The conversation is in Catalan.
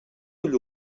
ull